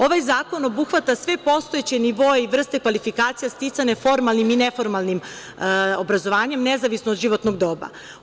Ovaj zakon obuhvata sve postojeće nivoe i vrste kvalifikacija sticane formalnim i neformalnim obrazovanjem, nezavisno od životnog doba.